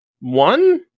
one